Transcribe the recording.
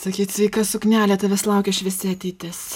sakei sveika suknele tavęs laukia šviesi ateitis